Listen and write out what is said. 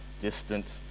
distant